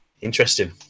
Interesting